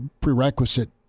prerequisite